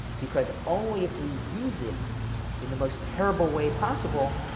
because only if we use it in the most terrible way possible,